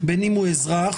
אז למה אני אקשר את זה?